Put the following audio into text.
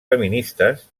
feministes